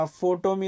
photo